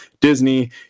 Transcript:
Disney